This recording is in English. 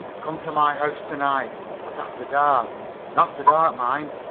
come to my house to-night, but after dark after dark, mind.